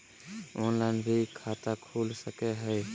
Online भी खाता खूल सके हय?